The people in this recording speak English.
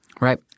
Right